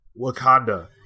wakanda